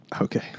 Okay